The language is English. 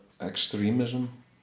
extremism